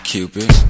Cupid